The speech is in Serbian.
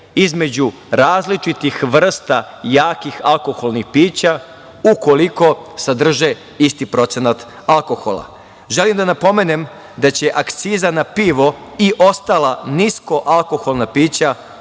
između različitih vrsta jakih alkoholnih pića ukoliko sadrže isti procenat alkohola. Želim da napomenem da će akciza na pivo i ostala nisko alkoholna pića